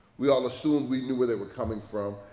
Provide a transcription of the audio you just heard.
we all assumed we knew where they were coming from,